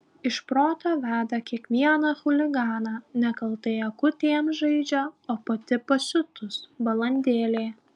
iš proto veda kiekvieną chuliganą nekaltai akutėm žaidžia o pati pasiutus balandėlė